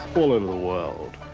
all over the world.